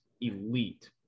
elite